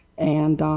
and,